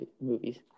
movies